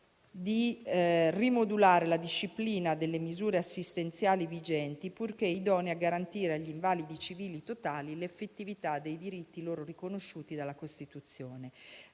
di rimodulare la disciplina delle misure assistenziali vigenti, purché idonee a garantire agli invalidi civili totali l'effettività dei diritti loro riconosciuti dalla Costituzione.